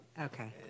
Okay